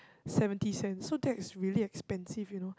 seventy cents so that is really expensive you know